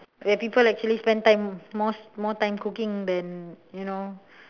where people actually spend time more more time cooking then you know